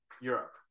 Europe